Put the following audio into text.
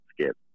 skip